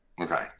okay